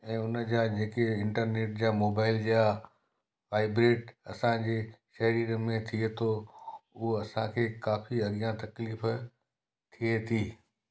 ऐं उन जा जेके इंटरनेट जा मोबाइल जा वाइब्रेट असांजे शरीर में थिए थो उहा असांखे काफ़ी अॻियां तकलीफ़ु थिए थी